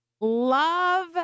love